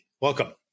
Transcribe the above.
welcome